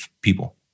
people